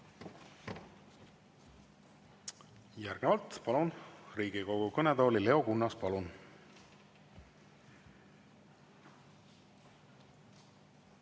Järgnevalt palun Riigikogu kõnetooli Leo Kunnase. Palun!